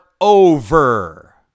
over